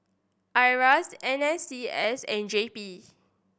IRAS N S C S and J P